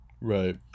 Right